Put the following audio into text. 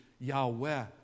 Yahweh